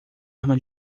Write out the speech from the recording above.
arma